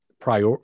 prior